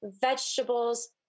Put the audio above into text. vegetables